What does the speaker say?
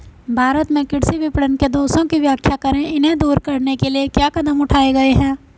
भारत में कृषि विपणन के दोषों की व्याख्या करें इन्हें दूर करने के लिए क्या कदम उठाए गए हैं?